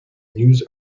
news